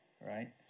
right